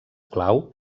clau